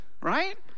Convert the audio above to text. right